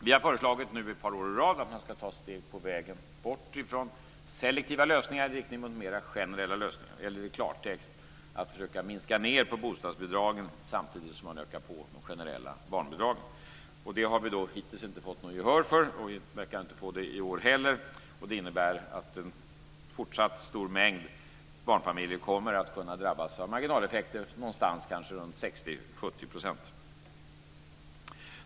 Vi har nu ett par år i rad föreslagit att man ska ta steg på vägen bort från selektiva lösningar i riktning mot mer generella lösningar - eller i klartext: att försöka minska bostadsbidragen samtidigt som man ökar de generella barnbidragen. Det har vi hittills inte fått något gehör för, och vi verkar inte få det i år heller. Det innebär att en stor mängd barnfamiljer även i fortsättningen kommer att kunna drabbas av marginaleffekter runt kanske 60-70 %.